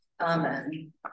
Amen